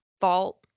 vault